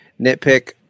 nitpick